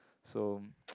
so